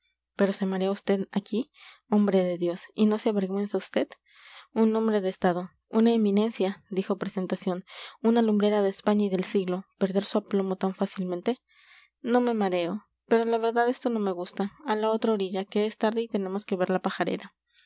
pero se marea vd aquí hombre de dios y no se avergüenza vd un hombre de estado una eminencia dijo presentación una lumbrera de españa y del siglo perder su aplomo tan fácilmente no me mareo pero la verdad esto no me gusta a la otra orilla que es tarde y tenemos que ver la pajarera